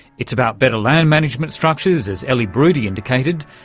it's about better land management structures, as elly baroudy indicated,